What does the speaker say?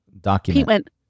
document